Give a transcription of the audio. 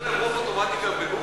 יש להם רוב אוטומטי גם ב"גוגל"?